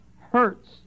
hurts